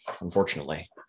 unfortunately